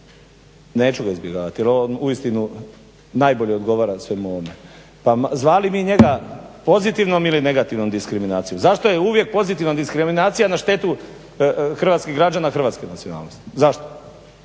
neću ga izbjegavati jer ovo vam uistinu najbolje odgovara svemu ovome pa zvali mi njega pozitivnom ili negativnom diskriminacijom. Zašto je uvijek pozitivna diskriminacija na štetu hrvatskih građana hrvatske nacionalnosti? Zašto?